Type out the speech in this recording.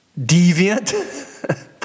deviant